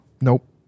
nope